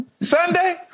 Sunday